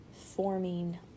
forming